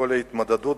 בכל ההתמודדות